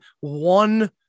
one